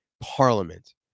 parliament